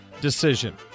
decision